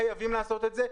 חייבים לעשות את זה.